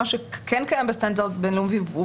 מה שכן קיים בסטנדרט בין-לאומי,